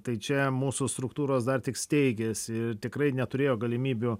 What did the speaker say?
tai čia mūsų struktūros dar tik steigėsi ir tikrai neturėjo galimybių